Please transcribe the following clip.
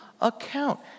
account